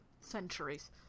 centuries